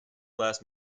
glass